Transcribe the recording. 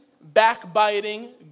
backbiting